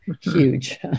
huge